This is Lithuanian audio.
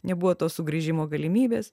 nebuvo to sugrįžimo galimybės